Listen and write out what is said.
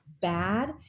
bad